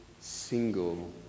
single